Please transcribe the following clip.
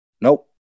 Nope